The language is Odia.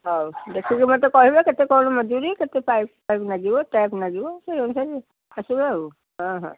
ହଉ ଦେଖିକି ମୋତେ କହିବେ କେତେ କଣ ମଜୁରୀ କେତେ ପାଇପ୍ ଫାଇପ୍ ଲାଗିବ ଟ୍ୟାପ୍ ଲାଗିବ ସେଇ ଅନୁସାରେ ଆସିବେ ଆଉ ହଁ ହଁ